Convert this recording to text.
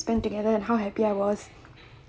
spend together and how happy I was